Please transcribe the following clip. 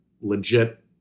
legit